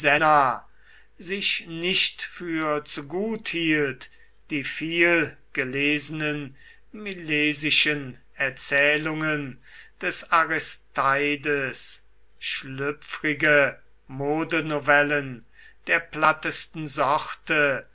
sich nicht für zu gut hielt die viel gelesenen milesischen erzählungen des aristeides schlüpfrige modenovellen der plattesten sorte